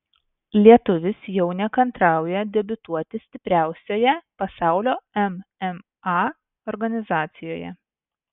lietuvis jau nekantrauja debiutuoti stipriausioje pasaulio mma organizacijoje